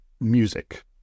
music